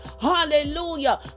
Hallelujah